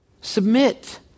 submit